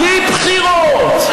בבחינת נאה דורש,